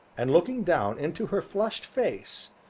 and looking down into her flushed face,